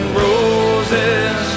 roses